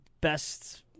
Best